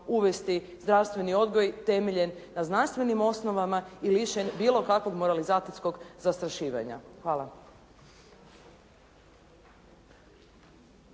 uvesti zdravstveni odgoj temeljen na znanstvenim osnovama i lišen bilo kakvog moralizacijskog zastrašivanja. Hvala.